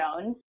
Jones